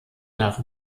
nach